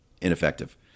ineffective